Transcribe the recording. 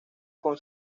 con